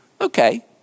okay